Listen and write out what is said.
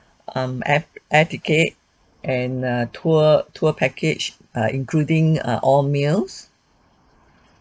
um air air ticket and a tour tour package err including err all meals